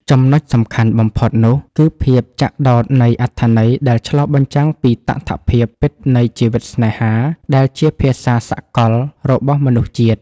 ចំណុចសំខាន់បំផុតនោះ គឺភាពចាក់ដោតនៃអត្ថន័យដែលឆ្លុះបញ្ចាំងពីតថភាពពិតនៃជីវិតស្នេហា ដែលជាភាសាសកលរបស់មនុស្សជាតិ។